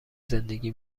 زندگی